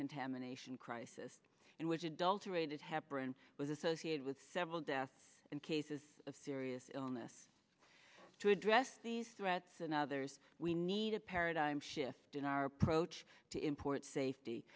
contamination crisis in which adulterated heparin was associated with several deaths in cases of serious illness to address these threats and others we need a paradigm shift in our approach to import safety